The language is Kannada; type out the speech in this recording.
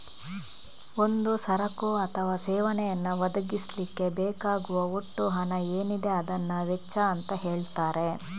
ಒಂದು ಸರಕು ಅಥವಾ ಸೇವೆಯನ್ನ ಒದಗಿಸ್ಲಿಕ್ಕೆ ಬೇಕಾಗುವ ಒಟ್ಟು ಹಣ ಏನಿದೆ ಅದನ್ನ ವೆಚ್ಚ ಅಂತ ಹೇಳ್ತಾರೆ